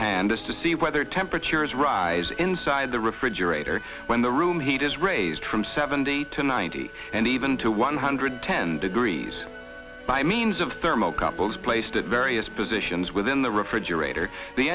hand is to see whether temperatures rise inside the refrigerator when the room heat is raised from seventy to ninety and even to one hundred ten degrees by means of thermal couples placed at various positions within the refrigerator the